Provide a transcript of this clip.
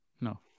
No